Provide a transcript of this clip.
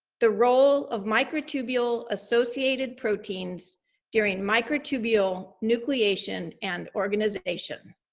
the role of microtubule associated proteins during microtubule nucleation and organization.